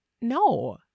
no